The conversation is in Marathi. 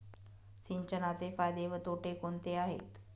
सिंचनाचे फायदे व तोटे कोणते आहेत?